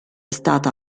stata